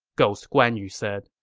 ghost guan yu said.